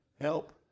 Help